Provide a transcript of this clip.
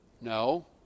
No